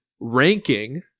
ranking